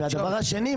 והדבר השני,